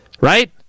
Right